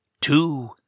two